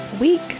week